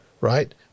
right